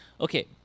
Okay